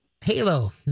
Halo